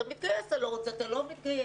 מתגייס ואם אתה לא רוצה אתה לא מתגייס.